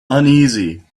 uneasy